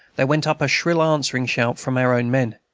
there went up a shrill answering shout from our own men.